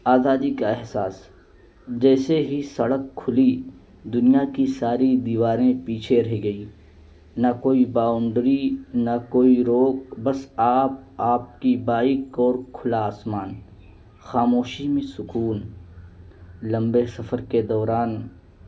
آزادی کا احساس جیسے ہی سڑک کھلی دنیا کی ساری دیواریں پیچھے رہ گئی نہ کوئی باؤنڈری نہ کوئی روک بس آپ آپ کی بائک اور کھلا آسمان خاموشی میں سکون لمبے سفر کے دوران